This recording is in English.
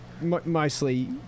Mostly